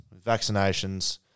vaccinations